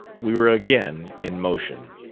we were again in motion.